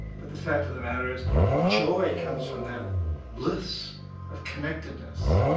but the fact of the matter is joy comes from that bliss of connectedness.